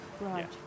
Right